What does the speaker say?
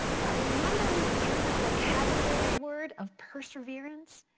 but remember ms. anna's vocabulary word of perseverance?